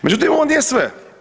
Međutim, ovo nije sve.